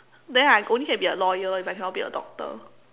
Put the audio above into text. then I only can be a lawyer if I cannot be a doctor